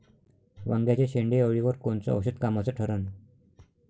वांग्याच्या शेंडेअळीवर कोनचं औषध कामाचं ठरन?